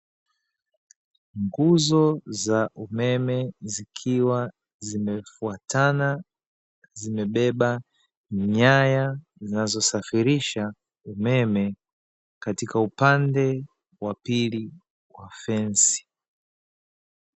Nguzo za umeme, zikiwa zimefuatana zimebeba nyaya zinazosafirisha umeme katika upande wa pili wa fensi.